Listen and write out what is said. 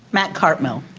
matt cartmill?